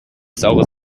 saure